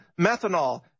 methanol